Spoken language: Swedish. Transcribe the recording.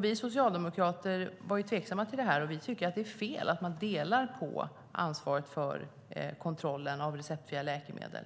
Vi socialdemokrater var tveksamma till detta. Vi tycker att det är fel att man delar på ansvaret för kontrollen av receptfria läkemedel.